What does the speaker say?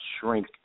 shrink